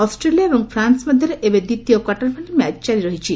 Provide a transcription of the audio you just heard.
Australia ଏବଂ France ମଧ୍ୟରେ ଏବେ ଦ୍ୱିତୀୟ କ୍ୱାର୍ଟର ଫାଇନାଲ୍ ମ୍ୟାଚ୍ ଜାରି ରହିଛି